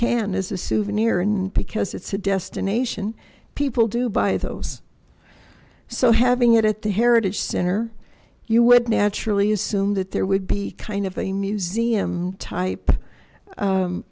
can as a souvenir and because it's a destination people do buy those so having it at the heritage center you would naturally assume that there would be kind of a museum type